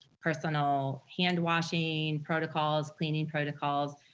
personal hand washing protocols, cleaning protocols,